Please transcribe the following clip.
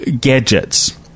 gadgets